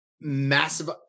massive